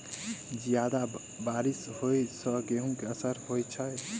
जियादा बारिश होइ सऽ गेंहूँ केँ असर होइ छै?